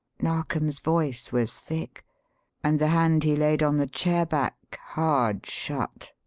narkom's voice was thick and the hand he laid on the chair-back hard shut.